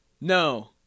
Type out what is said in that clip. No